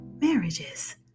marriages